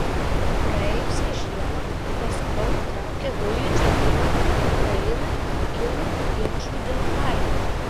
praėjusią žiemą maskva nutraukė dujų tiekimą ukrainai kilus ginčui dėl kainų